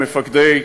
מפקדים,